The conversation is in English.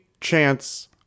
chance